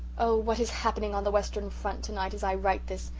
oh, what is happening on the western front tonight as i write this,